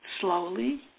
slowly